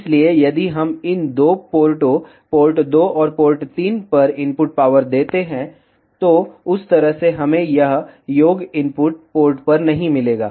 इसलिए यदि हम इन दो पोर्टों पोर्ट 2 और पोर्ट 3 पर इनपुट पावर देते हैं तो उस तरह से हमें यह योग इनपुट पोर्ट पर नहीं मिलेगा